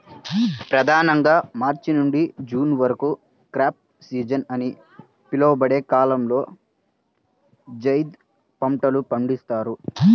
ప్రధానంగా మార్చి నుండి జూన్ వరకు క్రాప్ సీజన్ అని పిలువబడే కాలంలో జైద్ పంటలు పండిస్తారు